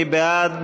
מי בעד?